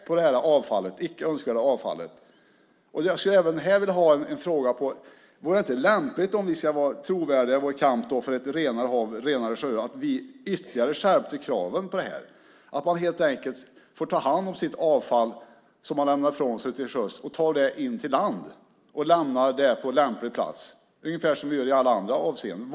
Om vi ska vara trovärdiga i vår kamp för ett renare hav och renare sjöar vore det kanske lämpligt att ytterligare skärpa kraven på det här. Man ska helt enkelt ta hand om sitt avfall som man lämnar ifrån sig till sjöss och ta det in till land och lämna på lämplig plats, ungefär som vi gör i alla andra avseenden.